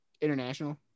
International